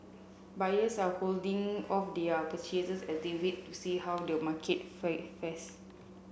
buyers are holding off their purchases as they wait to see how the market fares